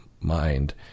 mind